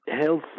health